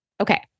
okay